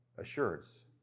assurance